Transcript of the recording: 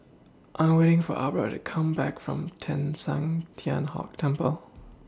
I Am waiting For Aubra to Come Back from Teng San Tian Hock Temple